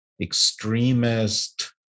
extremist